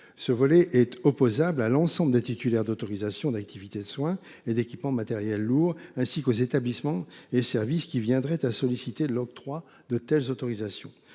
Ce volet est opposable à l’ensemble des titulaires d’autorisations relatives aux activités de soins et aux équipements matériels lourds, ainsi qu’aux établissements et services qui viendraient à solliciter l’octroi de telles autorisations.